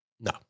No